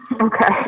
okay